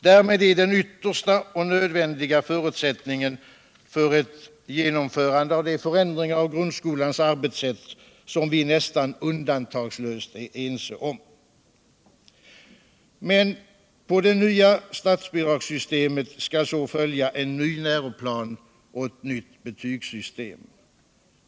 Därmed föreligger den yttersta och nödvändiga förutsättningen för ett genomförande av de förändringar av grundskolans arbetssätt som vi nästan undantagslöst är ense om. Men på det nya statsbidragssystemet skall så följa on ny läroplan och ett nytt betygssystem.